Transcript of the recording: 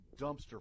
dumpster